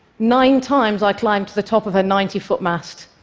nine times, i climbed to the top of her ninety foot mast.